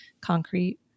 concrete